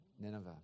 Nineveh